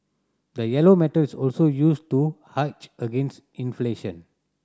the yellow metal is also used to hedge against inflation